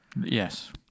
Yes